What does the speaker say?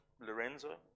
Lorenzo